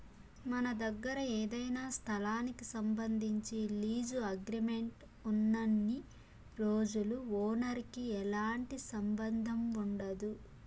మన దగ్గర ఏదైనా స్థలానికి సంబంధించి లీజు అగ్రిమెంట్ ఉన్నన్ని రోజులు ఓనర్ కి ఎలాంటి సంబంధం ఉండదు